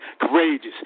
courageous